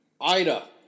Ida